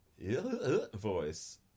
voice